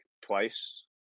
twice